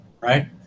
right